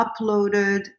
uploaded